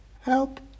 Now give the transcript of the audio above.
Help